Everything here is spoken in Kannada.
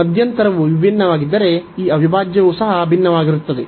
ಈ ಮಧ್ಯಂತರವು ವಿಭಿನ್ನವಾಗಿದ್ದರೆ ಈ ಅವಿಭಾಜ್ಯವು ಸಹ ಭಿನ್ನವಾಗಿರುತ್ತದೆ